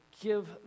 give